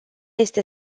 este